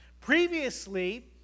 Previously